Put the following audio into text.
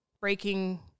breaking